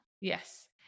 Yes